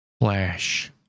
flash